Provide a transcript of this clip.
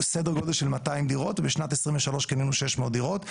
סדר גודל של 200 דירות ובשנת 2023 קנינו 600 דירות.